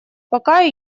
пока